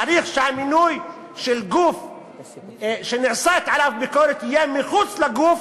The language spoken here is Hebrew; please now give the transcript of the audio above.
צריך שהמינוי של גוף ביקורת ייעשה מחוץ לגוף